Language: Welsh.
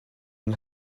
yng